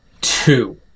two